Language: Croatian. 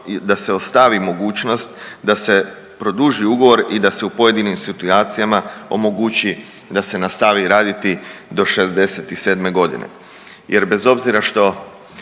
da se ostavi mogućnost da se produži ugovor i da se u pojedinim situacijama omogući da se nastavi raditi do 67. g.